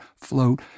float